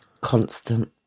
Constant